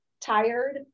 tired